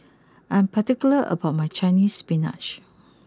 I am particular about my Chinese spinach